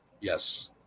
Yes